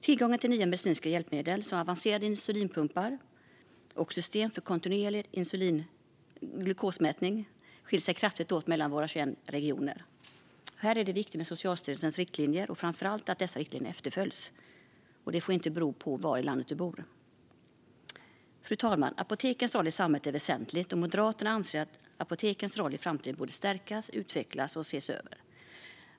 Tillgången till nya medicinska hjälpmedel, som avancerade insulinpumpar och system för kontinuerlig glukosmätning, skiljer sig kraftigt åt mellan våra 21 regioner. Här är Socialstyrelsens riktlinjer viktiga, och framför allt är det viktigt att de efterföljs. Detta får inte bero på var i landet du bor. Fru talman! Apotekens roll i samhället är väsentlig, och Moderaterna anser att apotekens roll i framtiden borde stärkas, utvecklas och ses över.